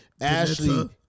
Ashley